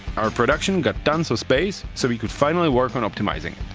our production got tons of space so we could finally work on optimizing